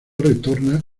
retorna